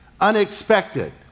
unexpected